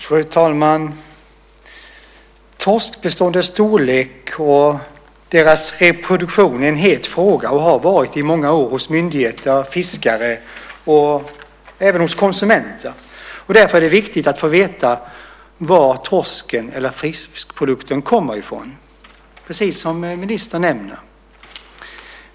Fru talman! Torskbeståndets storlek och dess reproduktion är en het fråga och har varit det i många år hos myndigheter, fiskare och även hos konsumenter. Därför är det viktigt att få veta var torsken, eller fiskprodukten, kommer från, precis som ministern nämner.